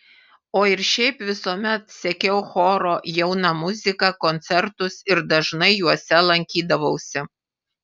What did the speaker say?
o ir šiaip visuomet sekiau choro jauna muzika koncertus ir dažnai juose lankydavausi